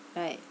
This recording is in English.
alright